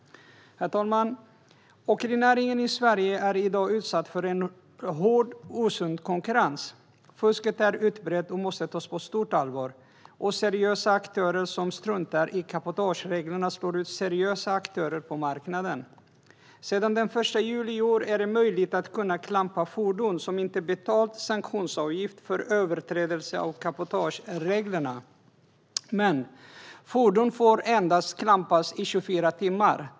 Herr talman! Åkerinäringen i Sverige är i dag utsatt för en hård, osund konkurrens. Fusket är utbrett och måste tas på stort allvar. Oseriösa aktörer som struntar i cabotagereglerna slår ut seriösa aktörer på marknaden. Sedan den 1 juli i år är det möjligt att klampa fordon för vilka sanktionsavgift för överträdelse av cabotagereglerna inte betalats, men fordon får endast klampas i 24 timmar.